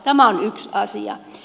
tämä on yksi asia